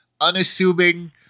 unassuming